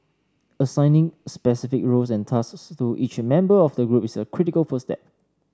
assigning specific roles and tasks to each member of the group is a critical first step